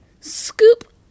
scoop